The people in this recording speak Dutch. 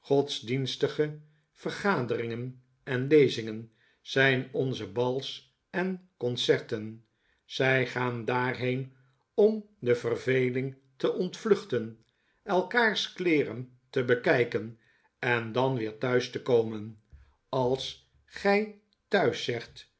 godsdienstige vergaderingen en lezingen zijn onze bals en concerted zij gaan daarheen om de verveling te ontvluchten elkaars kleeren te bekijken en dan weer thuis te komen als gij thuis